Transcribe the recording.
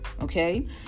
okay